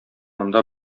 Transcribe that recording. монда